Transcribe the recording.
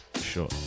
Sure